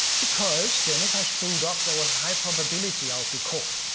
because then if i screwed up, there was a high probability i would be caught.